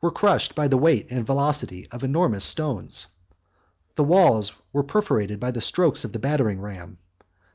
were crushed by the weight and velocity of enormous stones the walls were perforated by the strokes of the battering-ram